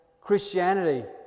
Christianity